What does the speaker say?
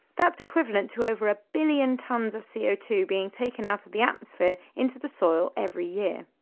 that's equivalent to over a billion tonnes of c o two being taken out of the atmosphere into the soil every year.